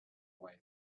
way